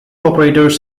operators